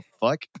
fuck